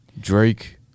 Drake